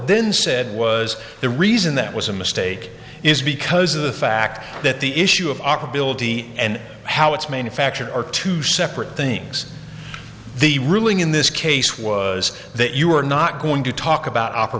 then said was the reason that was a mistake is because of the fact that the issue of our ability and how it's manufactured are two separate things the ruling in this case was that you are not going to talk about o